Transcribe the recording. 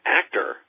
actor